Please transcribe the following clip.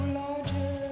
larger